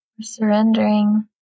surrendering